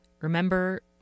Remember